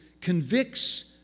convicts